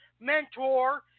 mentor